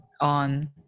on